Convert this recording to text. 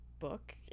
book